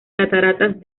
cataratas